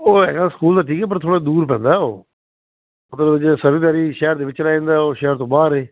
ਉਹ ਹੈਗਾ ਸਕੂਲ ਠੀਕ ਪਰ ਥੋੜਾ ਦੂਰ ਪੈਂਦਾ ਉਹ ਮਤਲਬ ਜੇ ਸਰਵਅਧਿਕਾਰੀ ਸ਼ਹਿਰ ਦੇ ਵਿੱਚ ਰਹਿ ਜਾਂਦਾ ਉਹ ਸ਼ਹਿਰ ਤੋਂ ਬਾਹਰ ਏ